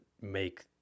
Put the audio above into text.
make